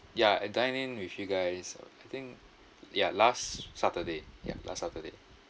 ya I dined in with you guys uh I think ya last saturday ya last saturday